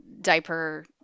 diaper